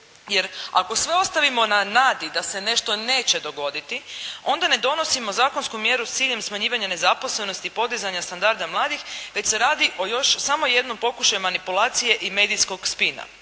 Jer ako sve ostavimo na nadi da se nešto neće dogoditi, onda ne donosimo zakonsku mjeru s ciljem smanjivanja nezaposlenosti i podizanja standarda mladih već se radi o još samo jednom pokušaju manipulacije i medijskog spina.